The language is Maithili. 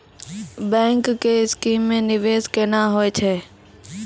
बैंक के स्कीम मे निवेश केना होय छै?